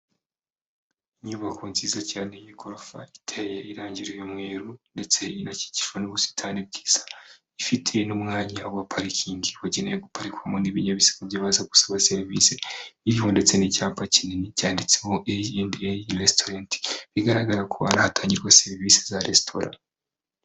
Inyubako nziza cyane yigorofa iteye irangi ry, mweru ndetse inakikijwe n'ubusitani bwiza ifite n'umwanya wa parikingi bwagenewe guparikwamo n'ibinyabiziga biza gusaba serivisi iriho ndetse n'icyapa kinini cyanditse hod restaurant bigaragara ko ariho hatangirwa serivisi za resitaurat.